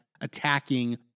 attacking